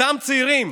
אותם צעירים